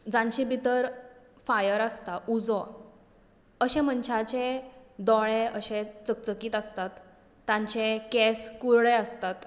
जांचे भितर फायर आसता उजो अशे मनशाचे दोळे अशे चकचकीत आसतात तांचे केस कुर्ळे आसतात